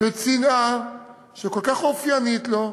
בצנעה שכל כך אופיינית לו,